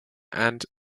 and